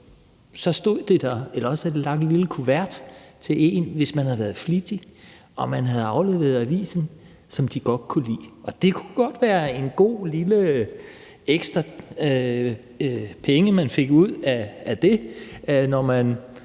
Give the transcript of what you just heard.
stod de der, eller også havde de lagt en lille kuvert til en, hvis man havde været flittig og havde afleveret avisen, sådan som de godt kunne lide det. Og det kunne godt være en god lille ekstra sum penge, man havde fået ud af det, når man